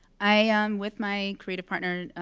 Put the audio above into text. i, um with my creative partner,